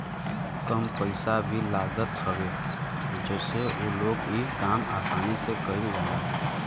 कम पइसा भी लागत हवे जसे उ लोग इ काम आसानी से कईल जाला